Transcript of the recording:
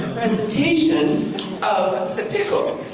presentation of the pickle.